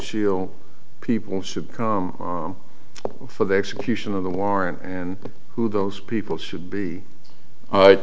shield people should come for the execution of the warrant and who those people should be